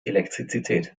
elektrizität